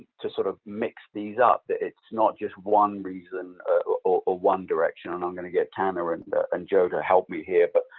to sort of mix these up. that it's not just one reason or one direction. and i'm going to get tanner and and joe to help me here. but